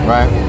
Right